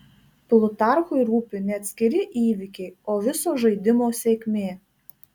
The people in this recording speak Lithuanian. plutarchui rūpi ne atskiri įvykiai o viso žaidimo sėkmė